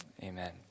amen